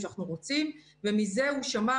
והן בהיבט הכללי של כל מה ששמענו.